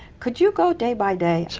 could you go day by day? sure,